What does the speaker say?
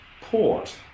Port